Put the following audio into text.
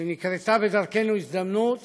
שנקרתה בדרכנו הזדמנות